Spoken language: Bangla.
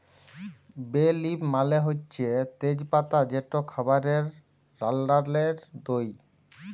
বে লিফ মালে হছে তেজ পাতা যেট খাবারে রাল্লাল্লে দিই